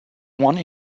one